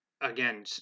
again